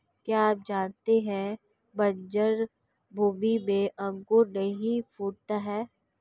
क्या आप जानते है बन्जर भूमि में अंकुर नहीं फूटता है?